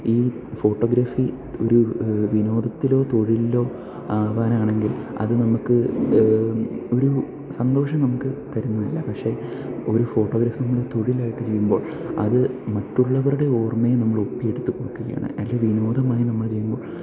ഈ ഫോട്ടോഗ്രാഫി ഒരു വിനോദത്തിലോ തൊഴിലിലോ ആവാനാണെങ്കിൽ അത് നമുക്ക് ഒരു സന്തോഷം നമുക്ക് തരുന്നില്ല പക്ഷെ ഒരു ഫോട്ടോഗ്രാഫി നമ്മൾ തൊഴിലായിട്ട് ചെയ്യുമ്പോൾ അത് മറ്റുള്ളവരുടെ ഓർമ്മയെ നമ്മൾ ഒപ്പിയെടുത്ത് കൊടുക്കുകയാണ് അല്ലെങ്കിൽ വിനോദമായ് നമ്മൾ ചെയ്യുമ്പോൾ